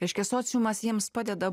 reiškia sociumas jiems padeda